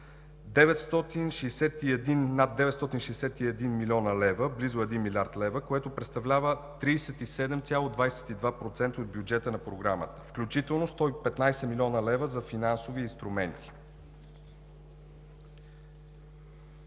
над 961 млн. лв., близо един милиард лева, което представлява 37,22% от бюджета на програмата, включително 115 млн. лв. за финансови инструменти.